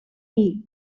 hee